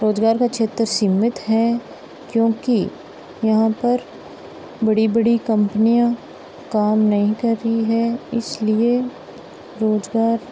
रोज़गार का क्षेत्र सीमित है क्योंकि यहाँ पर बड़ी बड़ी कम्पनियाँ काम नहीं कर रही हैं इसलिए रोज़गार